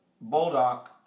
Bulldog